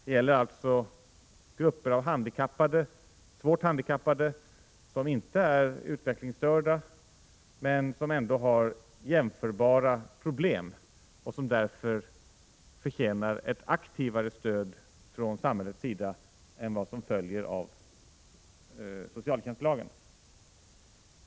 Det är alltså fråga om grupper av svårt handikappade, som inte är utvecklingsstörda men som ändå har jämförbara problem och som därför förtjänar ett aktivare stöd från samhällets sida än vad som följer av socialtjänstlagen.